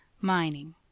mining